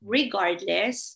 regardless